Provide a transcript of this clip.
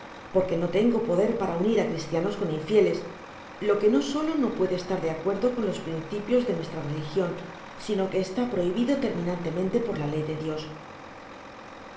porque no tengo poder para unir á cristianos con infieles lo que no solo no puede estar de acuerdo con los principios de nuestra religion sino que esta prohibido terminante por la ley de dios